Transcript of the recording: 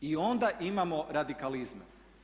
I onda imamo radikalizme.